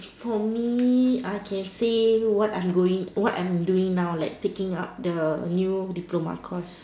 for me I can say what I'm going what I'm doing now like taking up the new diploma course